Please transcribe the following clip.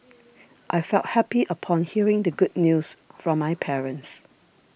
I felt happy upon hearing the good news from my parents